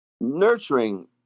nurturing